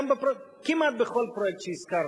כמעט בכל פרויקט שהזכרתי.